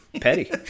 petty